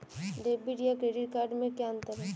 Debit या credit card में क्या अन्तर है?